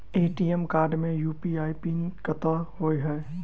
ATM card मे UPI PIN कतह होइ है?